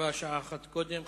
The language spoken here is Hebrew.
וטובה שעה אחת קודם.